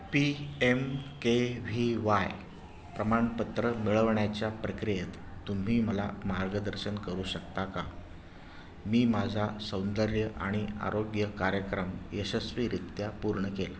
P M K V Y प्रमाणपत्र मिळवण्याच्या प्रक्रियेत तुम्ही मला मार्गदर्शन करू शकता का मी माझा सौंदर्य आणि आरोग्य कार्यक्रम यशस्वीरित्या पूर्ण केला